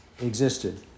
existed